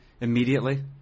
immediately